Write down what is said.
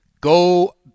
Go